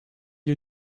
you